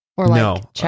No